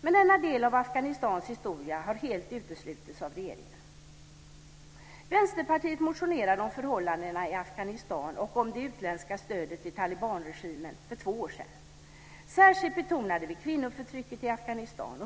Men denna del av Afghanistans historia har helt uteslutits av regeringen. Afghanistan och om det utländska stödet till talibanregimen för två år sedan. Särskilt betonade vi kvinnoförtrycket i Afghanistan.